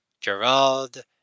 Gerald